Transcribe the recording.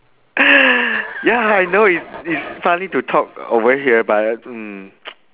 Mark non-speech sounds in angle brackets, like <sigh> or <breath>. <breath> ya I know it's it's funny to talk over here but mm <noise>